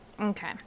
Okay